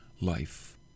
life